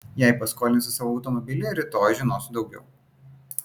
jei paskolinsi savo automobilį rytoj žinosiu daugiau